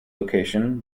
location